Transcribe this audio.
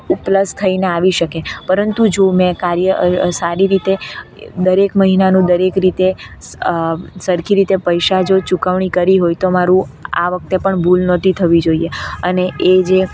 pulse થઈને આવી શકે પરંતુ જો મેં કાર્ય સારી રીતે દરેક મહિનાનું દરેક રીતે સરખી રીતે પૈસા જોઈ ચૂકવણી કરી હોય તો મારું આ વખતે પણ ભૂલ નહીં થવી જોઈએ અને એજે